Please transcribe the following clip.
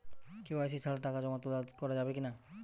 KYC ছাড়া টাকা জমা তোলা করা যাবে কি না?